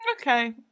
Okay